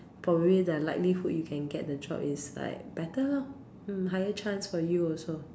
probably the likelihood you can get the job is like better loh mm higher chance for you also